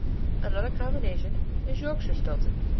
another combination is yorkshire-stilton,